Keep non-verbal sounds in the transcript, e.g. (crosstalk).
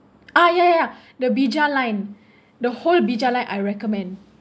ah ya ya ya (breath) the bija line the whole bija line I recommend